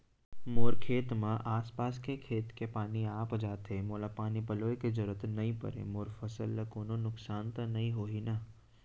मोर खेत म आसपास के खेत के पानी आप जाथे, मोला पानी पलोय के जरूरत नई परे, मोर फसल ल कोनो नुकसान त नई होही न?